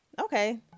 Okay